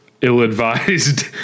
ill-advised